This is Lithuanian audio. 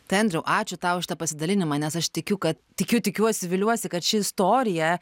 tai andriau ačiū tau už šitą pasidalinimą nes aš tikiu kad tikiu tikiuosi viliuosi kad ši istorija